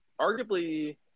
arguably